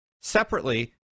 Separately